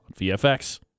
VFX